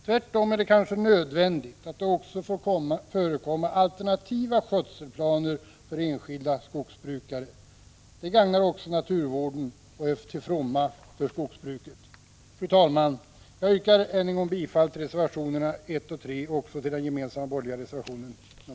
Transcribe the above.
Tvärtom är det kanske nödvändigt att det också får förekomma alternativa skötselplaner för enskilda skogsbrukare. Det gagnar också naturvården och är till fromma för skogsbruket. Fru talman! Jag yrkar än en gång bifall till reservationerna 1, 3 och 5.